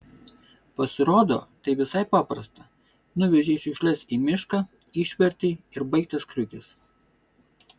pasirodo tai visai paprasta nuvežei šiukšles į mišką išvertei ir baigtas kriukis